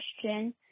question